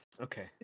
Okay